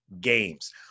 games